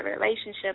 relationship